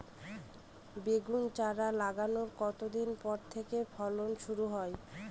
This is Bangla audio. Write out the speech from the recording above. বেগুন চারা লাগানোর কতদিন পর থেকে ফলন শুরু হয়?